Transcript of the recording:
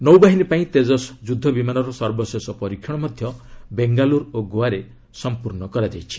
ନୌବାହିନୀ ପାଇଁ ତେଜସ୍ ଯୁଦ୍ଧବିମାନର ସର୍ବଶେଷ ପରୀକ୍ଷଣ ମଧ୍ୟ ବେଙ୍ଗାଲୁରୁ ଓ ଗୋଆରେ କରାଯାଇଛି